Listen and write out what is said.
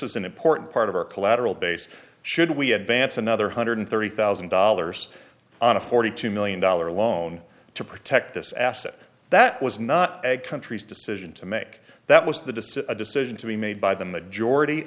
is an important part of our collateral base should we advance another hundred thirty thousand dollars on a forty two million dollar loan to protect this asset that was not a country's decision to make that was the decision decision to be made by the majority